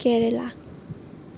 কেৰেলা